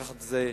לקחת את זה,